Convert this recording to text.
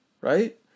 Right